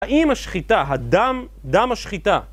האם השחיטה, הדם, דם השחיטה?